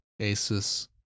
Asus